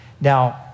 Now